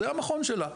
זה המכון שלה.